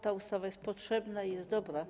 Ta ustawa jest potrzebna i jest dobra.